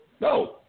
No